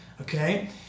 okay